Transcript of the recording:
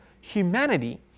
humanity